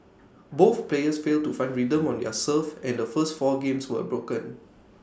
both players failed to find rhythm on their serve and the first four games were broken